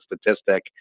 statistic